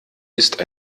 ist